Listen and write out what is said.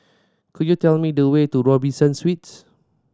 could you tell me the way to Robinson Suites